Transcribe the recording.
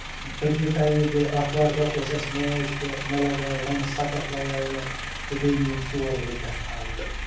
پٔتۍمہِ ٹایمہٕ گٔے آتھوارِ دۄہ اوس اَسہِ میچ تہٕ مےٚ لَگاوِ رَنہٕ سَتَتھ لاگوِ مےٚ تہٕ بیٚیہِ نیٖیم ژور وِکٹ اَوُٹ